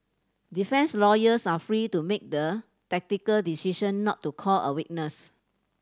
defence lawyers are free to make the tactical decision not to call a witness